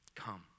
Come